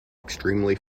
extremely